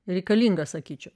reikalinga sakyčiau